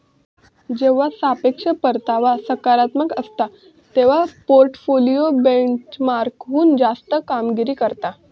जेव्हा सापेक्ष परतावा सकारात्मक असता, तेव्हा पोर्टफोलिओ बेंचमार्कहुन जास्त कामगिरी करता